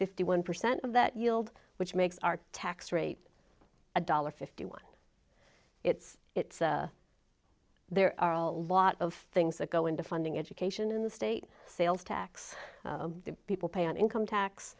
fifty one percent of that yield which makes our tax rate a dollar fifty one it's it's there are a lot of things that go into funding education in the state sales tax people pay on income tax